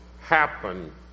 happen